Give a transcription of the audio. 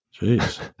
Jeez